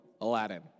Aladdin